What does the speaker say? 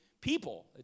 People